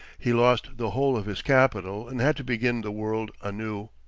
he lost the whole of his capital, and had to begin the world anew.